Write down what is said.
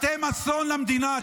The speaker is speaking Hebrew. אתם אסון למדינה.